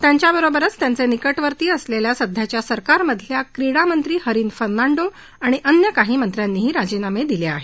त्यांच्याबरोबरच त्यांचे निकटवर्तीय असलेल्या सध्याच्या सरकारमधल्या क्रीडामंत्री हरीन फर्नांडो आणि अन्य काही मंत्र्यांनीही राजीनामा दिले आहेत